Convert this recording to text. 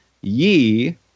ye